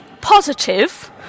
positive